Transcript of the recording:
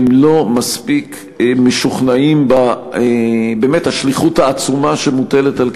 הם לא מספיק משוכנעים באמת בשליחות העצומה שמוטלת על כתפיהם,